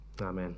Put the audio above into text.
amen